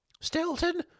Stilton